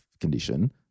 condition